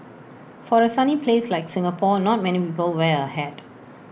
for A sunny place like Singapore not many people wear A hat